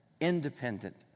independent